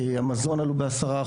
המזון עלו ב-10%,